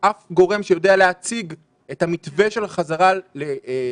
אף גורם שיודע להציג את המתווה של החזרה ללימודים,